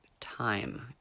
time